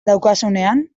daukazunean